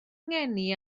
ngeni